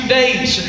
days